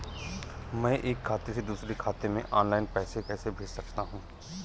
मैं एक खाते से दूसरे खाते में ऑनलाइन पैसे कैसे भेज सकता हूँ?